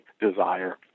desire